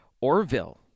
Orville